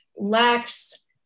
lacks